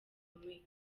bikomeye